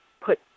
put